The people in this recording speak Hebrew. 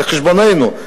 על חשבוננו,